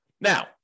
Now